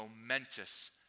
momentous